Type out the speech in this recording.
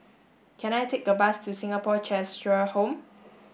can I take a bus to Singapore Cheshire Home